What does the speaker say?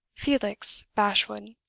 felix bashwood.